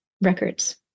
records